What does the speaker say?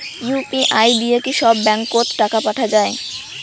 UPI দিয়া কি সব ব্যাংক ওত টাকা পাঠা যায়?